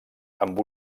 amb